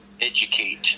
Educate